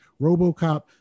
RoboCop